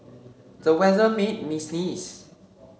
the weather made me sneeze